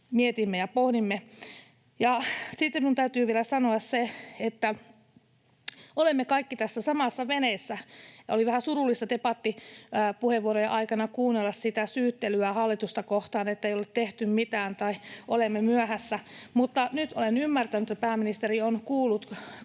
mietimme ja pohdimme. Sitten minun täytyy vielä sanoa se, että olemme kaikki tässä samassa veneessä, ja oli vähän surullista debattipuheenvuorojen aikana kuunnella sitä syyttelyä hallitusta kohtaan, että ei olla tehty mitään tai olemme myöhässä. Mutta nyt olen ymmärtänyt, että pääministeri on kutsunut